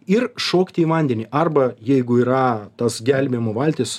ir šokti į vandenį arba jeigu yra tas gelbėjimo valtis